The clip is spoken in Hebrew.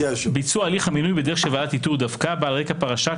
ביצוע הליך המינוי בדרך של ועדת איתור דווקא באה על רקע פרשייה